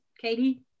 Katie